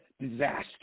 disaster